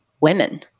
women